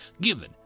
given